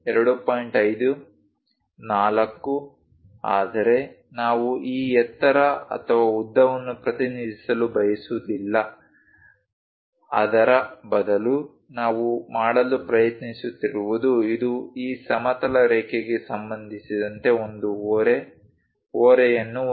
5 4 ಆದರೆ ನಾವು ಈ ಎತ್ತರ ಅಥವಾ ಉದ್ದವನ್ನು ಪ್ರತಿನಿಧಿಸಲು ಬಯಸುವುದಿಲ್ಲ ಅದರ ಬದಲು ನಾವು ಮಾಡಲು ಪ್ರಯತ್ನಿಸುತ್ತಿರುವುದು ಇದು ಈ ಸಮತಲ ರೇಖೆಗೆ ಸಂಬಂಧಿಸಿದಂತೆ ಒಂದು ಓರೆ ಓರೆಯನ್ನು ಹೊಂದಿದೆ